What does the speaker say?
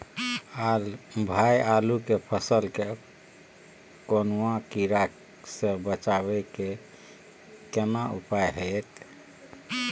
भाई आलू के फसल के कौनुआ कीरा से बचाबै के केना उपाय हैयत?